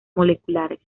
moleculares